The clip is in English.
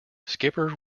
skipper